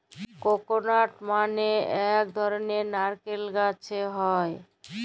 ককলাট মালে ইক ধরলের লাইরকেল গাহাচে হ্যয়